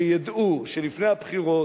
שידעו שלפני הבחירות,